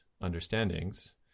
understandings